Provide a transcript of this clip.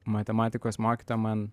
matematikos mokytoja man